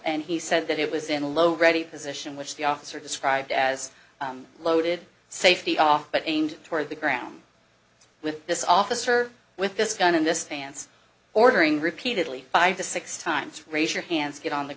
and he said that it was in a low ready position which the officer described as loaded safety off but aimed toward the ground with this officer with this gun in this stance ordering repeatedly five to six times raise your hands get on the